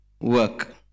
work